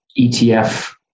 ETF